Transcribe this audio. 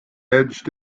edged